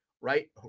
right